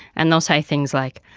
and they'll say things like,